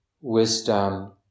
wisdom